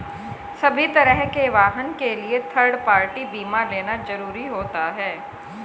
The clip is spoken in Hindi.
सभी तरह के वाहन के लिए थर्ड पार्टी बीमा लेना जरुरी होता है